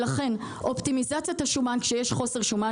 לכן אופטימיזציית השומן כאשר יש חוסר שומן